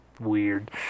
weird